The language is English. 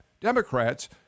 Democrats